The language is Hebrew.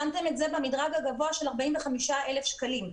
שמתם את זה במדרג הגבוה של 45,000 שקלים,